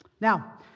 Now